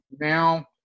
now